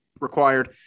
required